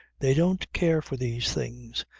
they don't care for these things.